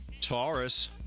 Taurus